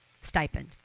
stipend